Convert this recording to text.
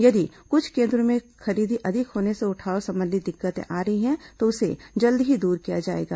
यदि कुछ केन्द्रों में खरीदी अधिक होने से उठाव संबंधी दिक्कतें आ रही हैं तो उसे जल्द ही दूर किया जाएगा